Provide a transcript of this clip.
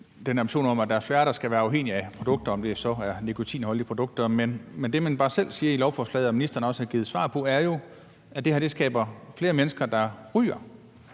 den ambition om, at der er færre, der skal være afhængige af produkter – om det så er nikotinholdige produkter, eller hvad det er. Men det, man bare selv siger i lovforslaget – og ministeren har også svaret det – er, at det her fører til, at flere mennesker ryger.